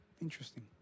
Interesting